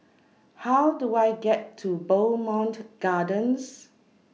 How Do I get to Bowmont Gardens